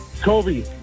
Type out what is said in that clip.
Kobe